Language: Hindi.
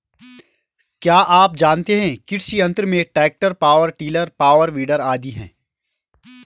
क्या आप जानते है कृषि यंत्र में tractor, power tiller, power weeder आदि है?